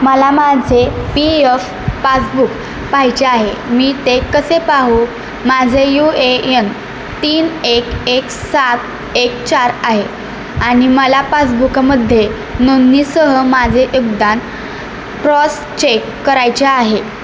मला माझे P F passbook पाहिजे आहे मी ते कसे पाहू माझे यू ए यन तीन एक एक सात एक चार आहे आणि मला पासबुकामध्ये नोंदणीसह माझे योगदान क्रॉस चेक करायचे आहे